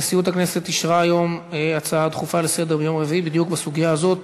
נשיאות הכנסת אישרה היום הצעה דחופה לסדר-היום בדיוק בסוגיה הזאת,